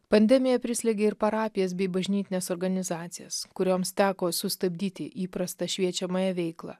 pandemija prislėgė ir parapijas bei bažnytines organizacijas kurioms teko sustabdyti įprastą šviečiamąją veiklą